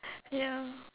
ya